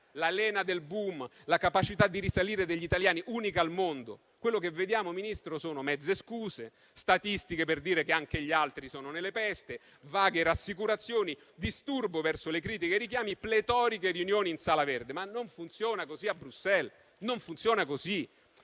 la lena del boom, la capacità di risalire degli italiani, unica al mondo. Quello che vediamo, Ministro, sono mezze scuse, statistiche per dire che anche gli altri sono nelle peste, vaghe rassicurazioni, disturbo verso le critiche e i richiami, pletoriche riunioni in sala verde, ma non funziona così a Bruxelles. Non funziona così,